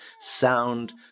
sound